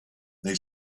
they